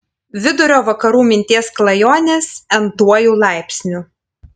vidurio vakarų minties klajonės n tuoju laipsniu